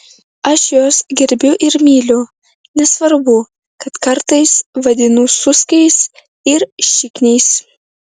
aš juos gerbiu ir myliu nesvarbu kad kartais vadinu suskiais ir šikniais